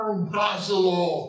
Impossible